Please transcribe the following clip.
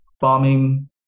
bombing